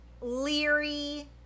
leery